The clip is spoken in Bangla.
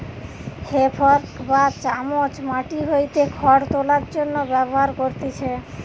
হে ফর্ক বা চামচ মাটি হইতে খড় তোলার জন্য ব্যবহার করতিছে